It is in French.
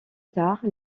tard